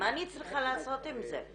מה אני צריכה לעשות עם זה?